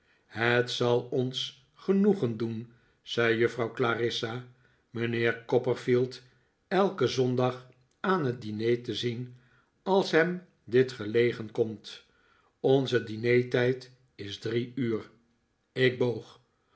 het zal ons genoegen doen zei juffrouw clarissa mijnheer copperfield elken zondag aan het diner te zien als hem dit gelegen komt onze dinertijd is drie uur ik boog